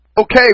Okay